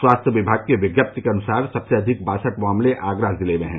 स्वास्थ्य विभाग की विज्ञप्ति के अनुसार सबसे अधिक बासठ मामले आगरा जिले में हैं